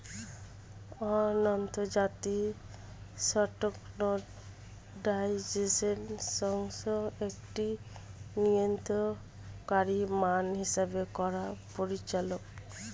আন্তর্জাতিক স্ট্যান্ডার্ডাইজেশন সংস্থা একটি নিয়ন্ত্রণকারী মান হিসেব করার পরিচালক